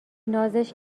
نازش